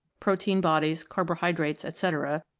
protein bodies, carbohydrates etc,